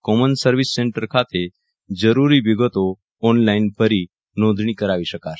common service centre ખાતે જરૂરી વિગતો ઓનલાઇન ભરી નોંધણી કરાશે